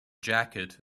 jacket